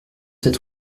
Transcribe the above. sept